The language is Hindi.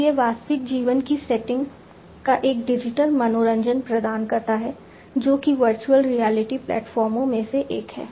तो यह वास्तविक जीवन की सेटिंग का एक डिजिटल मनोरंजन प्रदान करता है जो कि वर्चुअल रियलिटी प्लेटफार्मों में से एक है